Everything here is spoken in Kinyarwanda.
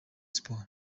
sports